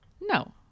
no